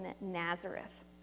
Nazareth